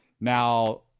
Now